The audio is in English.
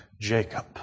Jacob